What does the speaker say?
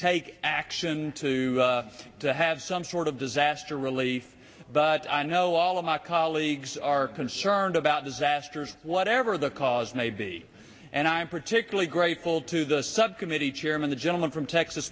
take action to to have some sort of disaster really but i know all of my colleagues are concerned about disasters whatever the cause may be and i'm particularly grateful to the subcommittee chairman the gentleman from texas